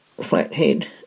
flathead